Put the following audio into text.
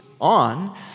on